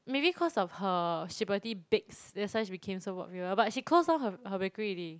maybe cause of her Shiberty Bakes that's why she became so popular but she closed all her all her bakery already